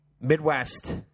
Midwest